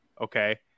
Okay